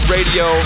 Radio